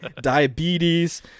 diabetes